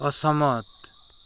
असहमत